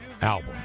album